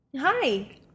Hi